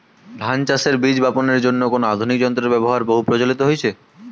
ধান চাষের বীজ বাপনের জন্য কোন আধুনিক যন্ত্রের ব্যাবহার বহু প্রচলিত হয়েছে?